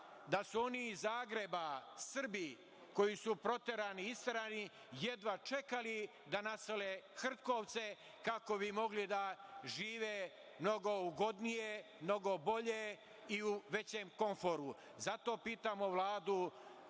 da su oni iz Zagreba Srbi, koji su proterani, isterani jedva čekali da nasele Hrtkovce kako bi mogli da žive mnogo ugodnije, mnogo bolje i u većem komforu. Zato pitamo Vladu,